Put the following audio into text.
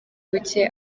bucye